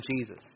Jesus